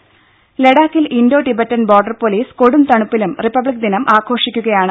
ടെട ലഡാക് ലഡാക്കിൽ Indo Tibetan border police കൊടുംതണുപ്പിലും റിപ്പബ്ലിക് ദിനം ആഘോഷിക്കുകയാണ്